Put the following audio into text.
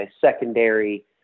secondary